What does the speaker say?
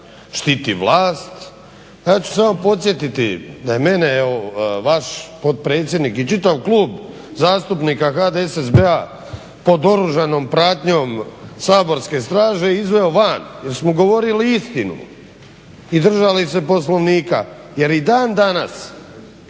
štiti vlast, a ja ću samo podsjetiti da je mene vaš potpredsjednik i čitav Klub zastupnika HDSSB-a pod oružanom pratnjom saborske straže izveo van jer smo govorili istinu i držali se Poslovnika. Jer i dan danas